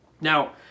Now